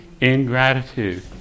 Ingratitude